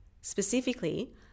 Specifically